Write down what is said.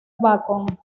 bacon